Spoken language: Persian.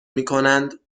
میکنند